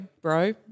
bro